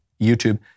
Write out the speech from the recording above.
YouTube